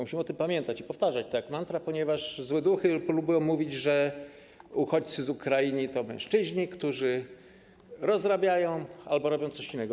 Musimy o tym pamiętać i powtarzać to jak mantrę, ponieważ złe duchy próbują sugerować, że uchodźcy z Ukrainy to mężczyźni, którzy rozrabiają albo robią coś innego.